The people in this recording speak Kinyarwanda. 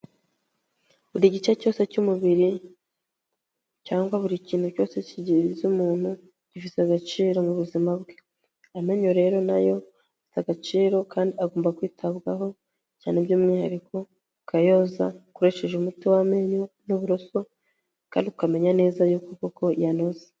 Buri gice cyose cy'umubiri, cyangwa buri kintu cyose kigize umuntu gifite agaciro mu buzima bwe, amenyo rero na yo, afite agaciro kandi agomba kwitabwaho cyane by'umwihariko, ukayoza ukoresheje umuti w'amenyo n'uburoso kandi ukamenya neza y'uko koko yanoze.